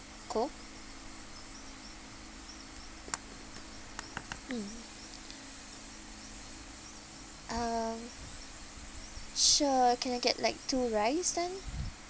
coke mm um sure can I get like two rice then